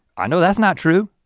i know that's not true.